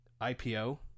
IPO